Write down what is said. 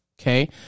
okay